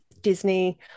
Disney